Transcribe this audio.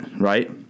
right